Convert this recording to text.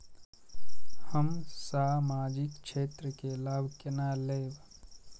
हम सामाजिक क्षेत्र के लाभ केना लैब?